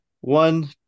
one